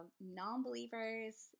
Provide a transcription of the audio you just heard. non-believers